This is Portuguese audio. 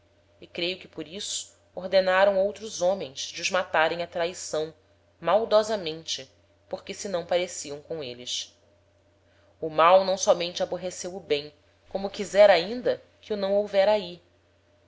e creio que por isso ordenaram outros homens de os matarem á traição maldosamente porque se não pareciam com êles o mal não sómente aborreceu o bem como quisera ainda que o não houvera ahi